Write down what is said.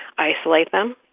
isolate them,